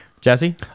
Jesse